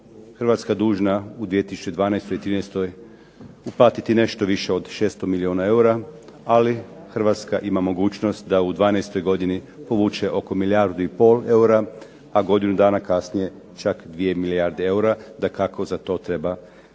Hrvatska dužna u 2012. i trinaestoj uplatiti nešto više od 600 milijuna eura. Ali Hrvatska ima mogućnost da u dvanaestoj godini povuče oko milijardu i pol eura, a godinu dana kasnije čak dvije milijarde eura. Dakako, za to treba pripremiti